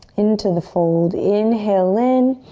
into the fold. inhale in.